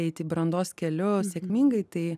eiti brandos keliu sėkmingai tai